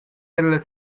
ella